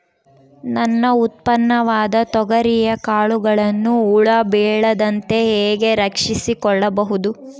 ನನ್ನ ಉತ್ಪನ್ನವಾದ ತೊಗರಿಯ ಕಾಳುಗಳನ್ನು ಹುಳ ಬೇಳದಂತೆ ಹೇಗೆ ರಕ್ಷಿಸಿಕೊಳ್ಳಬಹುದು?